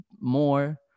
more